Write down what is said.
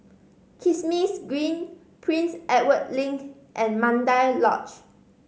Kismis Green Prince Edward Link and Mandai Lodge